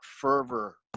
fervor